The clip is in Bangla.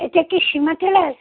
এটা কি সীমা টেলার্স